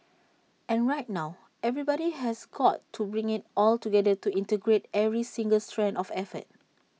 and right now everybody has got to bring IT all together to integrate every single strand of effort